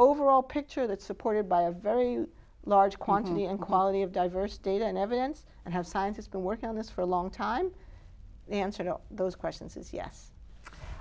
overall picture that's supported by a very large quantity and quality of diverse data and evidence and have scientists been working on this for a long time answer no those questions is yes